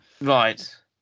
Right